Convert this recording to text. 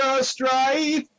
strife